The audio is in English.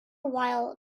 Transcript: while